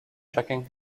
checking